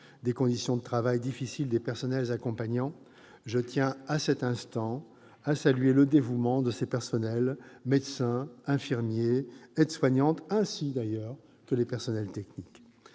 des conditions de travail difficiles des personnels accompagnants. Je tiens, à cet instant, à saluer le dévouement des médecins, infirmiers et aides-soignants, ainsi que du personnel technique.